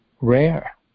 rare